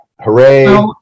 Hooray